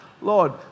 Lord